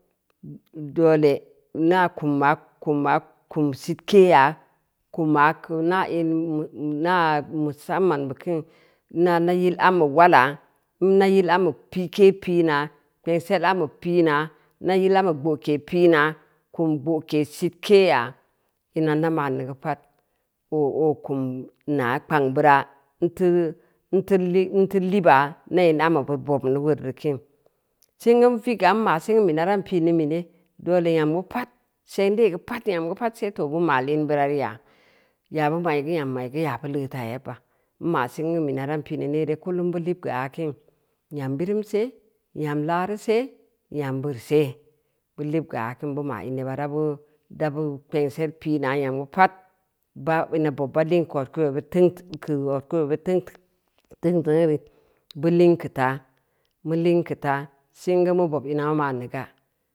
Doole ina kumma-kumma, kum sitkeya, kumma keu in hm inaaa musamwan beu kin, nna yil ambe wala, n nay il ambe pii ke pii naa, kpengsel ambeu pi’na, na yilambe gboke pina kum gboke sitkeya ina n na ma’ neu geu pad o kum naa kpang bira iteu iteu lib anna in ambe bid bobm weureu kiin. Singu n viga n ma’ see mena rau pi’ n beu mene? Doole nyam geu pad, seng dee geu pad nyam geu pad sebob bu ma’ in bira reu ya, ya bum ai geu, nyam mai geu yabu leuta yebba, n na’ sengu mena ran pin neu neere, kullum bu lib geu akin, nyam birum se nyam laaru se, nyam beureu se, bu lib ga akin bu ma in yeba rabu dabu kpengsel pi’na nyam geu pad ina bob ba liin keu odkudvel bid bid teung-teungnu re bu ling keu taa, mu ling keu taa, singu mu bob ina ma ma’n neu ga.